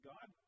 God